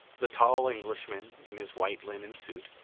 the tall englishman, in his white linen suit,